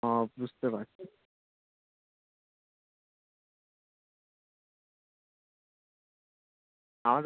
ও বুঝতে পারছি